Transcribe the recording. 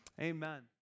amen